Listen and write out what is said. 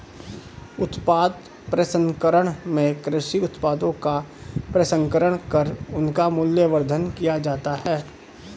उत्पाद प्रसंस्करण में कृषि उत्पादों का प्रसंस्करण कर उनका मूल्यवर्धन किया जाता है